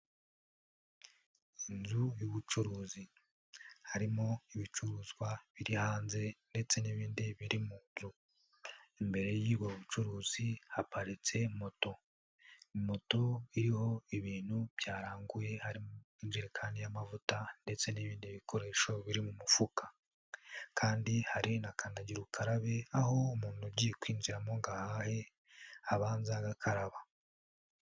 Inzu y'ubucuruzi harimo ibicuruzwa biri hanze ndetse n'ibindi biri muzu, imbere y'ubwo bucuruzi haparitse moto, ni moto iriho ibintu byaranguye harimo injerekani y'amavuta ndetse n'ibindi bikoresho biri mu mufuka kandi hari na kanadagiro ukarabe aho umuntu ugiye kwinjiramo nog ahahe abanza agakaraba.